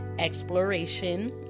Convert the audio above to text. exploration